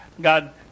God